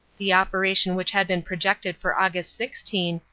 the operation which had been projected for aug. sixteen,